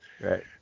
Right